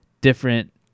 different